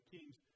Kings